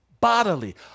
bodily